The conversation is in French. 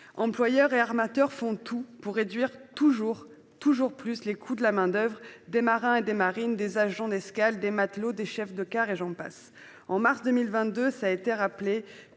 Employeurs et armateurs s'ingénient à réduire toujours plus les coûts de la main-d'oeuvre : des marins et marines, des agents d'escale, des matelots, des chefs de quart, et j'en passe. En mars 2022, cela a été rappelé,